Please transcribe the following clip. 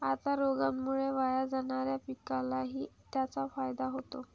आता रोगामुळे वाया जाणाऱ्या पिकालाही त्याचा फायदा होतो